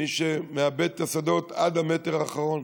מי שמעבד את השדות עד המטר האחרון,